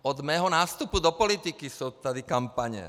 Od mého nástupu do politiky jsou tady kampaně.